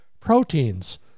proteins